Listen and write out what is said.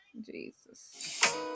Jesus